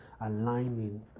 aligning